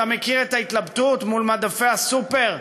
אתה מכיר את ההתלבטות מול מדפי הסופר?